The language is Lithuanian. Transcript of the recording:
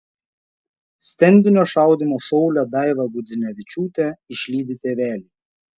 stendinio šaudymo šaulę daivą gudzinevičiūtę išlydi tėveliai